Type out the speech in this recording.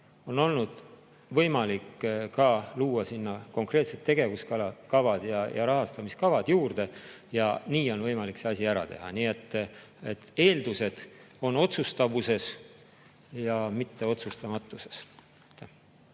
on olnud võimalik luua sinna konkreetsed tegevuskavad ja rahastamiskavad juurde ja nii on võimalik see asi ära teha. Nii et eeldused on otsustavuses, mitte otsustamatuses.